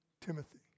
Timothy